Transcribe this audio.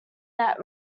net